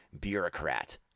bureaucrat